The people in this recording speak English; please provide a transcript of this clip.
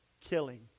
killing